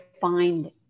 find